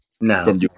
No